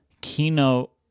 keynote